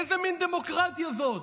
איזו מין דמוקרטיה זאת?